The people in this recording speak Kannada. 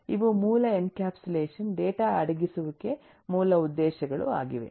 ಇವು ಮೂಲ ಎನ್ಕ್ಯಾಪ್ಸುಲೇಷನ್ ಡೇಟಾ ಅಡಗಿಸುವಿಕೆ ಮೂಲ ಉದ್ದೇಶಗಳು ಆಗಿವೆ